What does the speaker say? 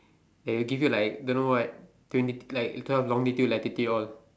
they will give you like don't know what twenty like twelve longitude latitude all